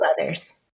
others